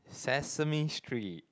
Sesame Street